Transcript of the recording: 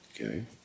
Okay